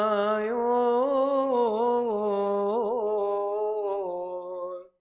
oh